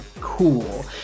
cool